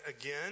again